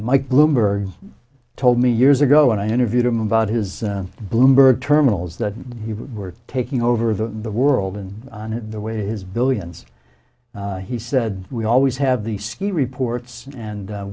mike bloomberg told me years ago when i interviewed him about his bloomberg terminals that he were taking over the world and on the way his billions he said we always have the ski reports and